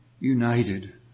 united